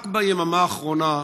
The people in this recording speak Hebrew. רק מהיממה האחרונה,